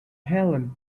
helen